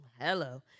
hello